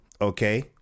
okay